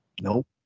Nope